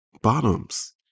bottoms